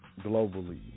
globally